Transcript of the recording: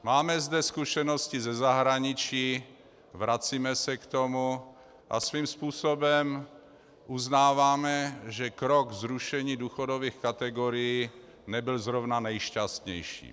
Máme zde zkušenosti ze zahraničí, vracíme se k tomu a svým způsobem uznáváme, že krok zrušení důchodových kategorií nebyl zrovna nejšťastnější.